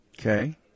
Okay